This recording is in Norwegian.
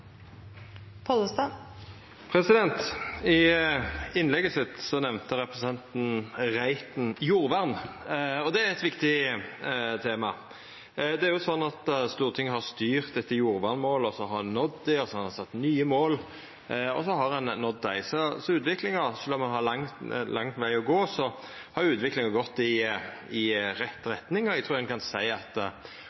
eit viktig tema. Det er sånn at Stortinget har styrt etter jordvernmål, og så har ein nådd dei. Så har ein sett nye mål, og så har ein nådd dei. Sjølv om ein har ein lang veg å gå, har utviklinga gått i rett retning, og eg trur ein kan seia at politikken har verka. Det gjeldande jordvernmålet går ut i